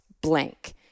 blank